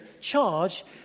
charge